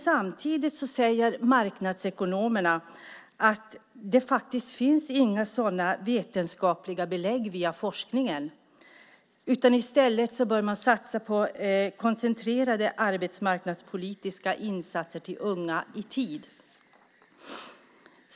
Samtidigt säger marknadsekonomerna att det faktiskt inte finns några sådana vetenskapliga belägg via forskningen. I stället bör man satsa på koncentrerade arbetsmarknadspolitiska insatser till unga i tid.